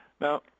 Now